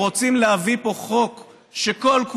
שרוצים להביא פה חוק שכל-כולו,